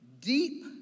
deep